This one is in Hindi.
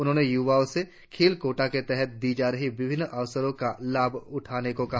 उन्होंने यूवाओं से खेल कोटा के तहत दी जा रही विभिन्न अवसरों का लाभ उठाने को कहा